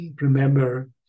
remember